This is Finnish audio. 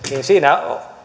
siinä